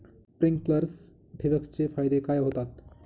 Sprinklers ठिबक चे फायदे काय होतात?